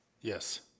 Yes